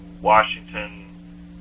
Washington